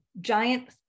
giant